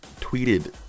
tweeted